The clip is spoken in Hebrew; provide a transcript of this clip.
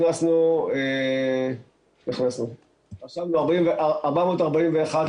אני אתמול הייתי בעמק המעיינות.